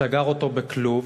סגר אותו בכלוב,